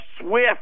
SWIFT